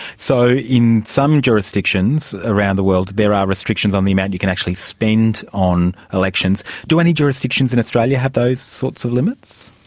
so in some jurisdictions around the world there are restrictions on the amount you can actually spend on elections. do any jurisdictions in australia have those sorts of limits?